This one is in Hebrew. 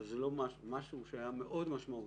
אבל זה משהו שהיה מאוד משמעותי,